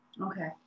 Okay